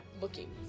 looking